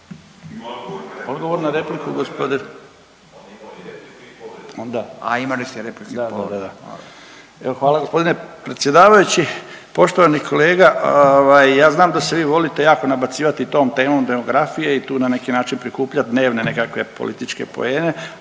imali ste repliku?